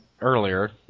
earlier